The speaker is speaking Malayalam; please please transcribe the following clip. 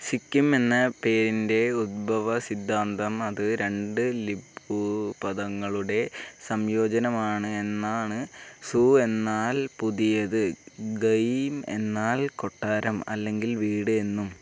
സിക്കിം എന്ന പേരിൻ്റെ ഉത്ഭവസിദ്ധാന്തം അത് രണ്ട് ലിംബുപദങ്ങളുടെ സംയോജനമാണ് എന്നാണ് സു എന്നാൽ പുതിയത് ഗയീം എന്നാൽ കൊട്ടാരം അല്ലെങ്കിൽ വീട് എന്നും